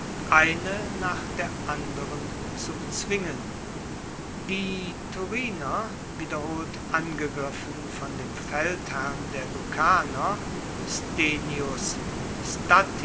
eine nach der anderen zu bezwingen die thuriner wiederholt angegriffen von dem feldherrn der lucaner stenius